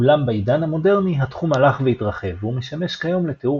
אולם בעידן המודרני התחום הלך והתרחב והוא משמש כיום לתיאור